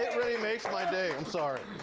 really makes my day, i'm sorry.